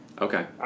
Okay